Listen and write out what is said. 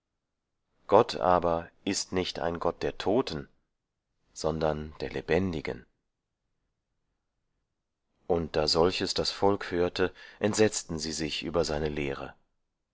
gott aber ist nicht ein gott der toten sondern der lebendigen und da solches das volk hörte entsetzten sie sich über seine lehre